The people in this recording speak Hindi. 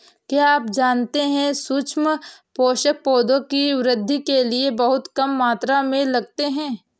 क्या आप जानते है सूक्ष्म पोषक, पौधों की वृद्धि के लिये बहुत कम मात्रा में लगते हैं?